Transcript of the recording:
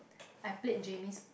I played Jemmis